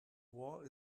war